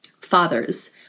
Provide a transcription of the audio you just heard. fathers